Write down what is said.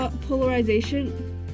polarization